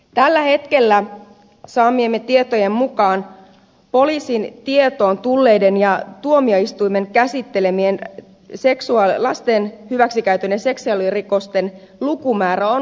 tällä hetkellä saamiemme tietojen mukaan poliisin tietoon tulleiden ja tuomioistuimen käsittelemien lasten hyväksikäytön ja seksuaalirikosten lukumäärä on kasvuun päin